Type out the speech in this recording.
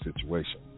situation